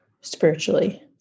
spiritually